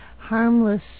harmless